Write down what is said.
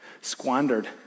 squandered